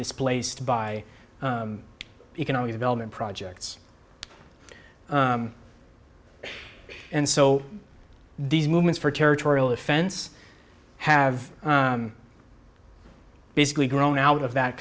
displaced by economic development projects and so these movements for territorial defense have basically grown out of that